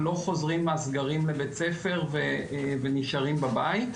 לא חוזרים מהסגרים לבית ספר ונשארים בבית.